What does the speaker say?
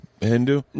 Hindu